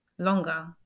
longer